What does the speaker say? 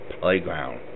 playground